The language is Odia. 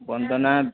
ବନ୍ଦନା